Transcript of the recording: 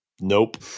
Nope